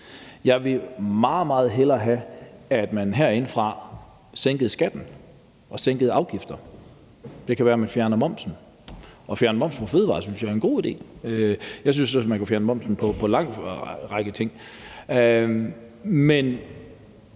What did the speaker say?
meget, meget hellere have, at man herindefra sænkede skatten og sænkede afgifterne. Det kunne være, man fjernede momsen. At fjerne momsen på fødevarer synes jeg er en god idé. Jeg synes, man kunne fjerne momsen på en lang række ting. Men